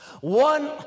One